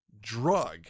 drug